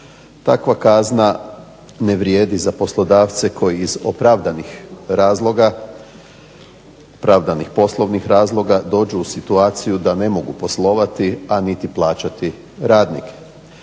TA kazna ne vrijedi za poslodavce koji iz opravdanih razloga, poslovnih razloga, dođu u situaciju da ne mogu poslovati a niti plaćati radnike.